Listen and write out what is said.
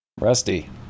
Rusty